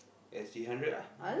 S_G hundred lah